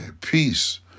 peace